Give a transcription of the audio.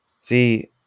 See